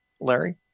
Larry